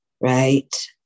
right